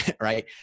right